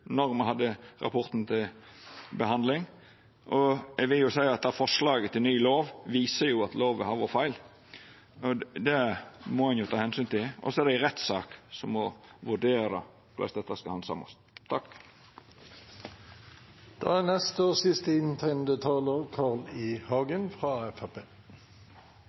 me hadde rapporten til behandling. Eg vil jo seia at det forslaget til ny lov viser at lova har vore feil, og det må ein jo ta omsyn til. Så er det ei rettssak som må vurdera korleis dette skal handsamast. Fra Arbeiderpartiet ble det nå stilt spørsmål om hvem som har snudd i